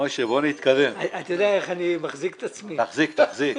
במקום שאנחנו נדון כאן ונעשה בדיקות,